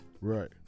Right